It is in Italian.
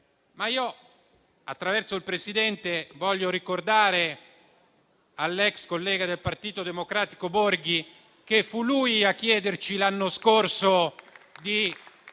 ma io, attraverso il Presidente, voglio ricordare all'ex collega del Partito Democratico Borghi che fu lui a chiederci l'anno scorso